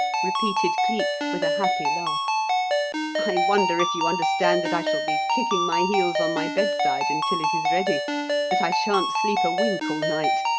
repeated cleek, with a happy laugh i wonder if you understand that i shall be kicking my heels on my bedside until it is ready that i shan't sleep a wink all night?